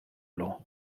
law